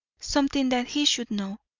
something that he should know.